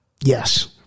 Yes